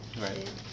Right